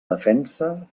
defensa